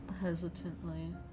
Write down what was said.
hesitantly